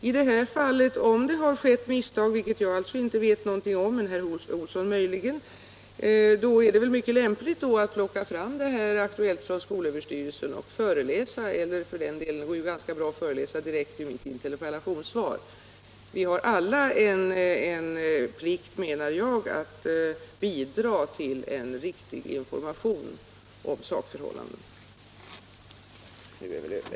Om det skett misstag i det här fallet — vilket jag alltså inte vet någonting om, men möjligen herr Olsson — är det väl lämpligt att plocka fram Aktuellt från skolöverstyrelsen och föreläsa ur den eller för den delen föreläsa direkt ur mitt interpellationssvar. Vi har alla, menar jag, plikt att bidra till en riktig information om sakförhållandena.